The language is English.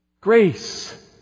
Grace